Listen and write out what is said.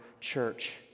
church